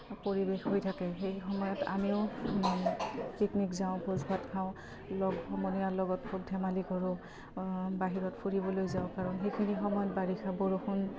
পৰিৱেশ হৈ থাকে সেই সময়ত আমিও পিকনিক যাওঁ ভোজ ভাত খাওঁ লগ সমনীয়াৰ লগত খুব ধেমালি কৰোঁ বাহিৰত ফুৰিবলৈ যাওঁ কাৰণ সেইখিনি সময়ত বাৰিষা বৰষুণ